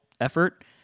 effort